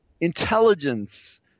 intelligence